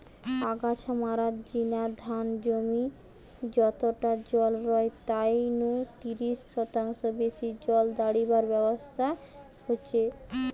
আগাছা মারার জিনে ধান জমি যতটা জল রয় তাই নু তিরিশ শতাংশ বেশি জল দাড়িবার ব্যবস্থা হিচে